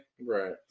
right